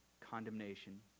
condemnation